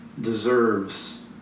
deserves